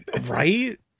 Right